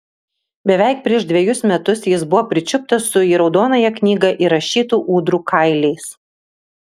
beveik prieš dvejus metus jis buvo pričiuptas su į raudonąją knygą įrašytų ūdrų kailiais